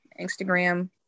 Instagram